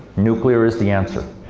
nuclear is the answer.